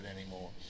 anymore